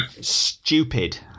stupid